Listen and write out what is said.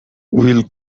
will